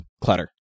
clutter